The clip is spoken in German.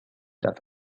dafür